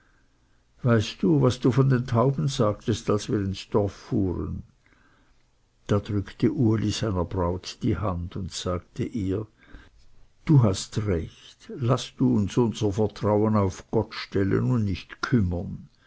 weißt du was du von den tauben sagtest als wir ins dorf fuhren da drückte uli seiner braut die hand und sagte ihr du hast recht laß du uns unser vertrauen auf gott stellen und nicht kummern